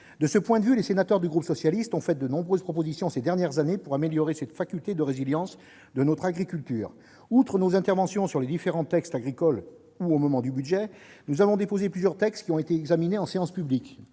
Il se trouve que les sénateurs du groupe socialiste ont fait de nombreuses propositions, ces dernières années, pour améliorer la résilience de notre agriculture. Outre nos interventions sur les différents textes agricoles ou au moment de la discussion du budget, nous avons déposé plusieurs textes qui ont été examinés en séance publique.